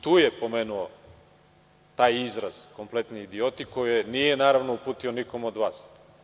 Tu je pomenuo taj izraz „kompletni idioti“ koje nije naravno uputio nikom od vas.